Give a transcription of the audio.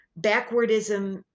backwardism